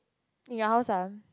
in your house ah